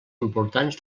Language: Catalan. importants